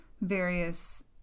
various